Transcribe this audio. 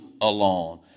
alone